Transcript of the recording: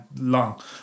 long